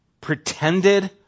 pretended